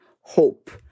hope